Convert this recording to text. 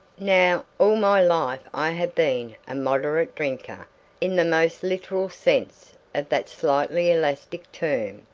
now, all my life i have been a moderate drinker in the most literal sense of that slightly elastic term.